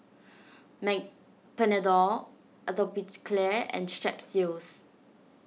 may Panadol Atopiclair and Strepsils